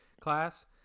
class